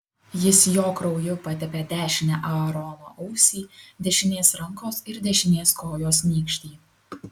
jis jo krauju patepė dešinę aarono ausį dešinės rankos ir dešinės kojos nykštį